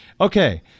Okay